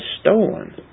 stolen